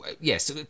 yes